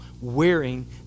wearing